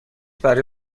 برای